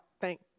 Thank